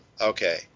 Okay